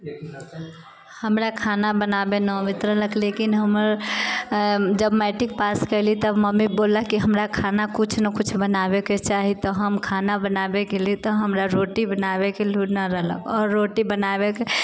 हमरा खाना बनाबे न अबैत रहलक लेकिन हमर जब हम मैट्रिक पास कइली तऽ मम्मी बोललक कि हमरा खाना कुछ न कुछ बनाबेके चाही तऽ हम खाना बनाबे गेली तऽ हमरा रोटी बनाबेके लूर न रहलक आओर रोटी बनाबेके